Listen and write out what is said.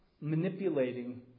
manipulating